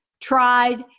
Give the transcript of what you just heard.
tried